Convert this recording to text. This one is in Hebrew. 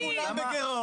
אם כולם בגירעון,